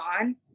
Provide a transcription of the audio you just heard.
on